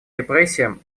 репрессиям